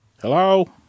hello